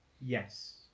Yes